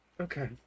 okay